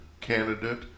candidate